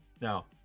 Now